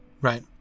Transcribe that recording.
Right